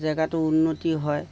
জেগাটো উন্নতি হয়